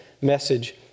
message